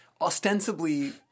ostensibly